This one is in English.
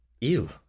Ew